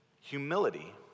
humility